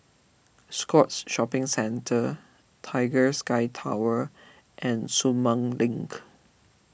Scotts Shopping Centre Tiger Sky Tower and Sumang Link